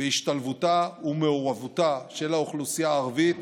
בהשתלבותה ובמעורבותה של האוכלוסייה הערבית